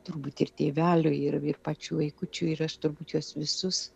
turbūt ir tėvelių ir ir pačių vaikučių ir aš turbūt juos visus